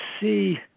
see